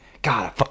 God